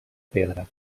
pedra